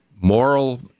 moral